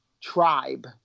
tribe